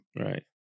Right